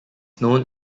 known